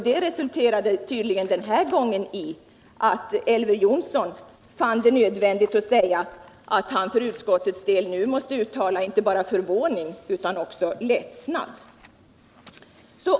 Det resulterade tvdligen denna gång I att Elver Jonsson fann det nödvändigt att säga, att han för utskottets del nu måste uttala inte bara förvåning utan också ledsnad.